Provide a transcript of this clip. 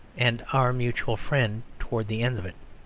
and our mutual friend towards the end of it.